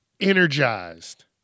energized